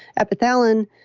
epitalon,